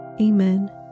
Amen